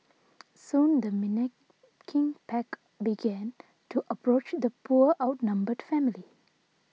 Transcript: soon the menacing pack began to approach the poor outnumbered family